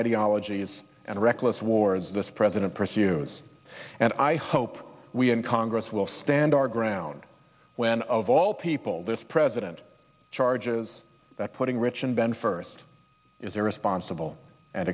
ideologies and reckless wars the president pursues and i hope we in congress will stand our ground when of all people this president charges that putting rich and ben first is irresponsible and